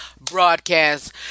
broadcast